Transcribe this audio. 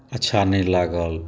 अच्छा नहि लागल